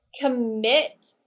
commit